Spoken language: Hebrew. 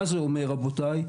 מה זה אומר, רבותיי?